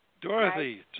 Dorothy